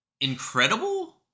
incredible